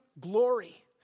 glory